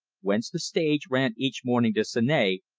whence the stage ran each morning to seney,